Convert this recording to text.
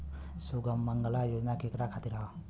सुमँगला योजना केकरा खातिर ह?